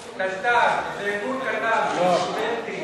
קטן, קטנטן, ארגון קטן, הסטודנטים.